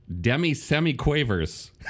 demi-semi-quavers